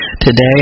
today